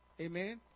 Amen